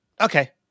Okay